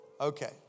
Okay